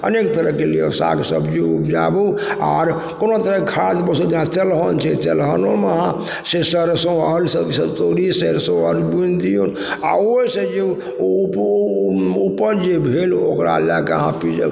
अनेक तरहके लिअ साग सब्जी उपजाबु आओर कोनो तरहके खाद वस्तु जेना तेलहन जे तेलहनोमे अहाँ से सरिसो आओर सब ई सभ सरिसो तोरी आओर बुन्दियो आओर ओइसँ जे ओ ओ उपज भेल ओकरा लएके अहाँ पिजा